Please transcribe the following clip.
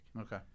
Okay